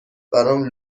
برام